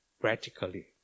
practically